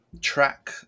track